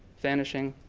vanishing,